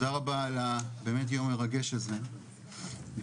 ן בידן והשאירו תינוק יתום לגדול בצל